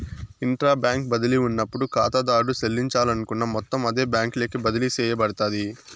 intra bank బదిలీ ఉన్నప్పుడు కాతాదారుడు సెల్లించాలనుకున్న మొత్తం అదే బ్యాంకులోకి బదిలీ సేయబడతాది